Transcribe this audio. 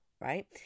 right